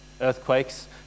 earthquakes